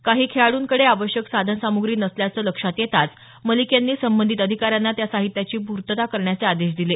काही खेळाडूंकडे आवश्यक साधनसामुग्री नसल्याचं लक्षात येताच मलिक यांनी संबंधित अधिकाऱ्यांना त्या साहित्याची पूर्तता करण्याचे आदेश दिले